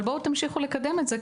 אבל בואו תמשיכו לקדם את זה.